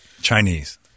Chinese